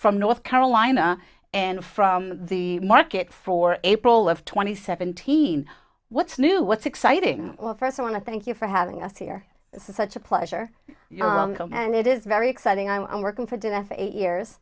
from north carolina and from the market for a poll of twenty seventeen what's new what's exciting well first i want to thank you for having us here this is such a pleasure and it is very exciting i'm working for the an f eighteen years